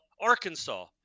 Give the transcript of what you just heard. Arkansas